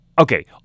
Okay